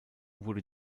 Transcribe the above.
wurde